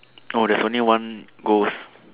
oh there's only one ghost